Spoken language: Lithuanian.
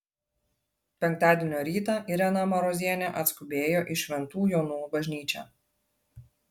penktadienio rytą irena marozienė atskubėjo į šventų jonų bažnyčią